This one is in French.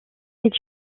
est